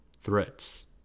threats